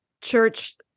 church